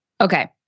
Okay